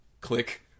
Click